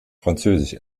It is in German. französisch